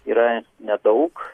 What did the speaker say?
yra nedaug